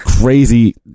crazy